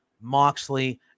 Moxley